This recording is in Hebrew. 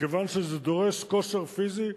מכיוון שזה דורש כושר פיזי,